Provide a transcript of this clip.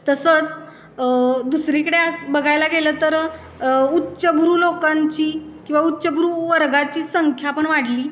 तसंच दुसरीकडे आज बघायला गेलं तर उच्चभ्रू लोकांची किंवा उच्चभ्रू वर्गाची संख्या पण वाढली